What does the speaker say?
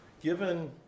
given